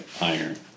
iron